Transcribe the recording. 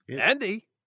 andy